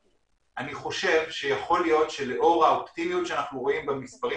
אני חושב שיכול להיות שלאור האופטימיות שאנחנו רואים במספרים